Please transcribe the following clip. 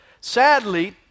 Sadly